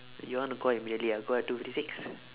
you want to go out immediately ah go out at two fifty six